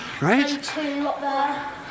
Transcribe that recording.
right